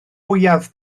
mwyaf